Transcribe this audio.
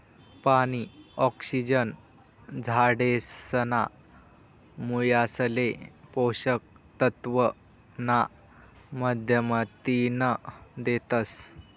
पानी, ऑक्सिजन झाडेसना मुयासले पोषक तत्व ना माध्यमतीन देतस